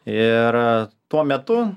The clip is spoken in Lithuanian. ir tuo metu